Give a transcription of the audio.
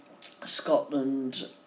Scotland